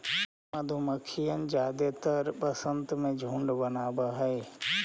मधुमक्खियन जादेतर वसंत में झुंड बनाब हई